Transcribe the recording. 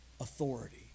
authority